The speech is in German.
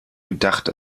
gedacht